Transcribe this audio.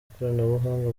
ikoranabuhanga